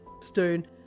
stone